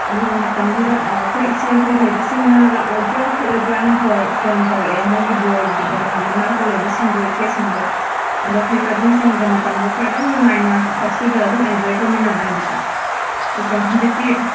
ꯑꯗꯨꯒ ꯃꯇꯝꯗꯨꯗ ꯑ ꯑꯩꯈꯣꯏ ꯏꯆꯦꯍꯣꯏ ꯂꯩꯕꯁꯤꯡꯅ ꯂꯥꯛꯑꯣꯏꯗ꯭ꯔꯣ ꯈꯣꯠꯂꯣꯏꯗ꯭ꯔꯣꯅ ꯐꯣꯔ ꯐꯣꯟ ꯇꯧꯔꯛꯑꯦ ꯃꯣꯏꯒꯤ ꯕꯣꯔꯒꯤ ꯇꯧꯐꯝꯒꯤ ꯃꯅꯥꯛꯇ ꯂꯩꯕꯁꯤꯡꯗꯣ ꯏꯆꯦꯁꯤꯡꯗꯣ ꯑꯗꯣ ꯑꯈꯣꯏ ꯀꯖꯤꯟꯁꯤꯡꯒ ꯃꯇꯝꯗꯣ ꯑꯈꯣꯏ ꯑꯗꯨꯝ ꯅꯨꯡꯉꯥꯏꯅ ꯐꯦꯁꯇꯤꯕꯦꯜ ꯑꯗꯨꯝ ꯑꯦꯟꯖꯣꯏ ꯇꯧꯃꯤꯟꯅꯕꯅꯦꯕꯀꯣ ꯑꯗꯨꯒ ꯍꯟꯗꯛꯇꯤ